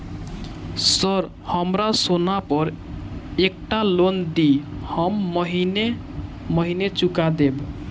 Sir हमरा सोना पर एकटा लोन दिऽ हम महीने महीने चुका देब?